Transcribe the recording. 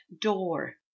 door